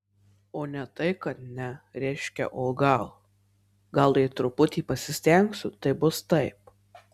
o ne tai kad ne reiškia o gal gal jei truputį pasistengsiu tai bus taip